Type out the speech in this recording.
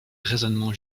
raisonnements